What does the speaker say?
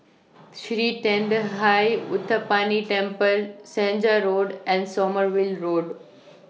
Sri Thendayuthapani Temple Senja Road and Sommerville Road